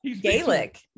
gaelic